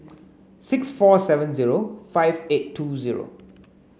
six four seven zero five eight two zero